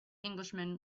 englishman